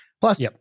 plus